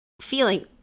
feeling